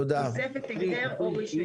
תוספת היתר או רשימה.